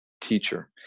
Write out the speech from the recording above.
teacher